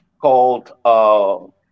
called